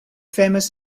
famous